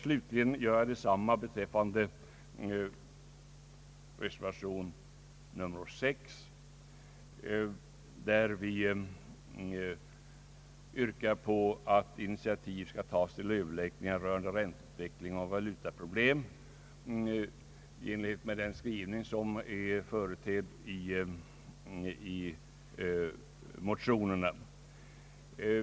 Slutligen kommer jag att yrka bifall till reservation 6, där vi hemställer att initiativ tages till överläggningar rörande ränteutveckling och valutaproblem i enlighet med vad som anförts i motionerna.